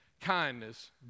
kindness